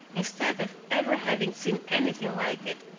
instead of ever having seen anything like it,